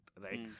right